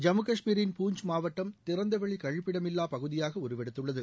ஜம்மு காஷ்மீரின் பூஞ்ச் மாவட்டம் திறந்தவெளி கழிப்பிடமில்லா பகுதியாக உருவெடுத்துள்ளது